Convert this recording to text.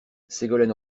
ségolène